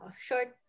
short